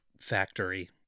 factory